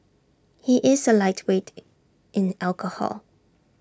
he is A lightweight in alcohol